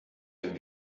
dem